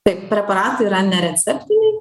taip preparatai yra nereceptiniai